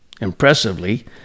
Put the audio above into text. impressively